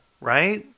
right